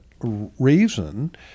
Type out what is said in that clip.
reason